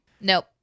Nope